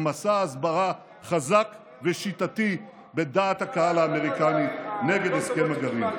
במסע הסברה חזק ושיטתי בדעת הקהל האמריקאית נגד הסכם הגרעין,